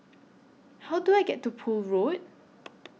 How Do I get to Poole Road